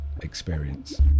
experience